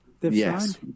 yes